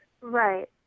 Right